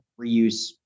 reuse